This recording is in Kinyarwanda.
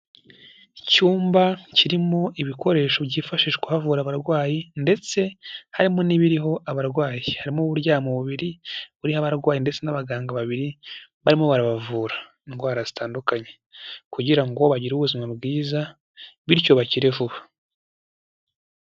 Icyumba kirimo ibikoresho byifashishwa havura abarwayi ndetse harimo n'ibiriho abarwaye. Harimo uburyamo bubiri buriho abarwayi ndetse n'abaganga babiri barimo barabavura. Indwara zitandukanye. Kugira ngo bagire ubuzima bwiza bityo bakire vuba.